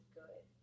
good